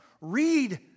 Read